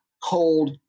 cold